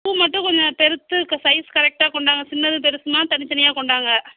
பூ மட்டும் கொஞ்சம் பெருத்து சைஸ் கரெக்டாக கொண்டாங்க சின்னதும் பெருசுமாக தனி தனியாக கொண்டாங்க